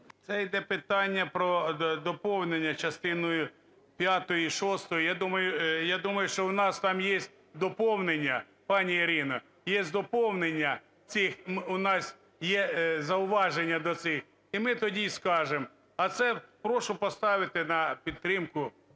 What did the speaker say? Це йде питання про доповнення частиною п'ятою і шостою. Я думаю, що у нас там єсть доповнення, пані Ірино, єсть доповнення. У нас є зауваження до цих. І ми тоді скажемо. А це прошу поставити на підтримку